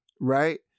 right